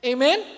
Amen